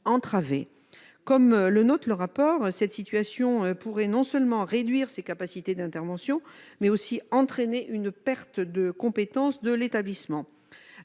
notent les auteurs du rapport, cette situation pourrait non seulement réduire ses capacités d'intervention, mais aussi entraîner une perte de compétences de l'établissement.